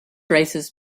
races